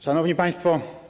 Szanowni Państwo!